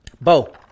Bo